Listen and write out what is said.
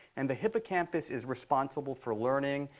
and the hippocampus is responsible for learning,